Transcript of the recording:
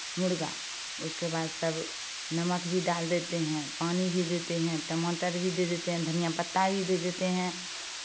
मुर्गा उसके बाद सब नमक भी डाल देते हैं पानी भी देते हैं टमाटर भी दे देते हैं धनिया पत्ता भी दे देते हैं